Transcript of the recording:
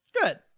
Good